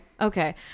okay